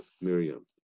Miriam